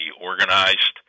organized –